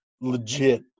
legit